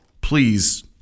Please